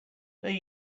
they